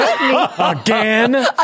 Again